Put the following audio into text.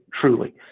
truly